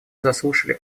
заслушали